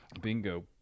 Bingo